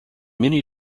many